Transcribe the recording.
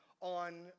on